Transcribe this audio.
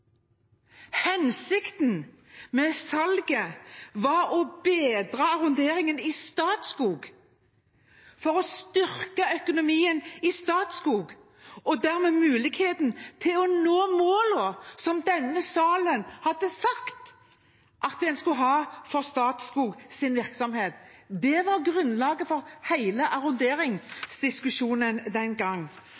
Hensikten med salget var å bedre arronderingen i Statskog. Det var for å styrke økonomien i Statskog, og dermed muligheten til å nå målene som denne salen hadde sagt at en skulle ha for Statskogs virksomhet. Det var grunnlaget for